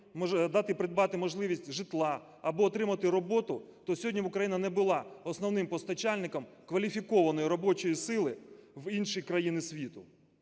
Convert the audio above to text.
дати можливість придбати житло або отримати роботу, то сьогодні б Україна не була основним постачальником кваліфікованої робочої сили в інші країни світу.